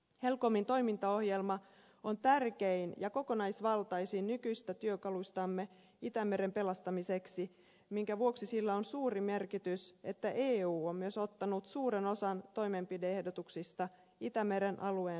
helcomin toimintaohjelma on tärkein ja kokonaisvaltaisin nykyisistä työkaluistamme itämeren pelastamiseksi minkä vuoksi sillä on suuri merkitys että eu on ottanut suuren osan toimenpide ehdotuksista itämeren alueen strategiaansa